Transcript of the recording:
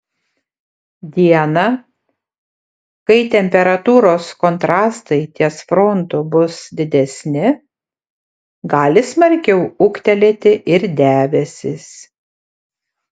dieną kai temperatūros kontrastai ties frontu bus didesni gali smarkiau ūgtelėti ir debesys